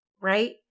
right